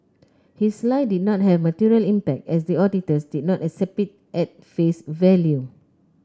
his lie did not have material impact as the auditors did not accept it at face value